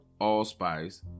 allspice